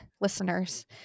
listeners